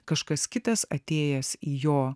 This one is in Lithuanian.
kažkas kitas atėjęs į jo